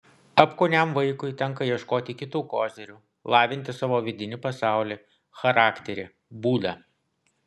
apkūniam vaikui tenka ieškoti kitų kozirių lavinti savo vidinį pasaulį charakterį būdą